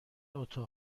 اتاق